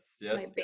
Yes